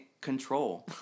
control